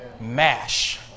mash